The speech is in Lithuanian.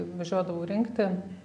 važiuodavau rinkti